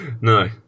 No